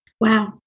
Wow